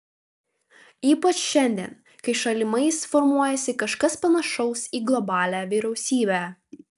ypač šiandien kai šalimais formuojasi kažkas panašaus į globalią vyriausybę